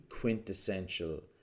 quintessential